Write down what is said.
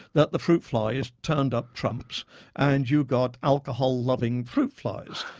that the fruit flies turned up trumps and you got alcohol-loving fruit flies.